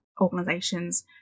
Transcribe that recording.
organizations